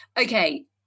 okay